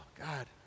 God